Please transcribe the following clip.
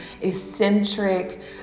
eccentric